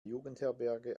jugendherberge